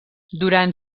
durant